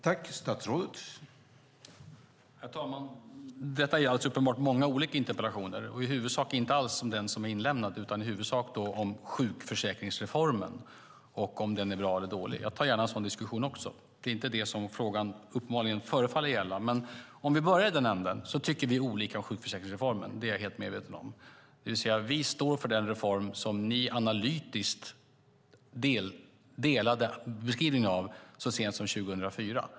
Herr talman! Detta är alldeles uppenbart många olika interpellationer. Det handlar i huvudsak inte alls om den som är inlämnad utan om sjukförsäkringsreformen och om den är bra eller dålig. Jag tar gärna också en sådan diskussion. Men det är inte det som frågan uppenbarligen förefaller gälla. Om vi börjar i den änden tycker vi olika om sjukförsäkringsreformen. Det är jag helt medveten om. Vi står för den reform som ni analytiskt delade beskrivningen av så sent som 2004.